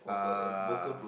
ah